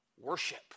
worship